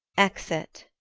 exit